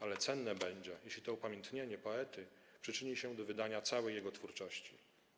Ale cenne będzie, jeśli to upamiętnienie poety przyczyni się do wydania całej jego twórczości.